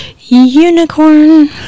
Unicorn